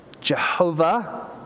Jehovah